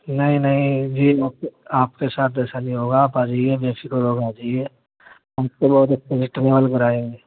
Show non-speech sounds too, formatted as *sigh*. نہیں نہیں جی *unintelligible* آپ کے ساتھ ایسا نہیں ہو گا آپ آ جائیے بے فِکر ہو کے آ جائیے ہم *unintelligible* کرائیں گے